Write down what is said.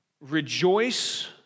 rejoice